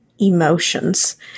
emotions